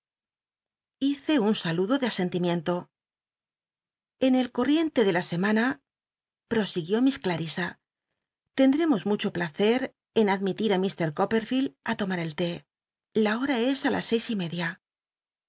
llice un saludo de asentimiento en el con ientc de la semana prosiguió miss clarisa tend remos mucho placct en admitir í l'llr copperlleld á l omar el té la hora es a las seis y media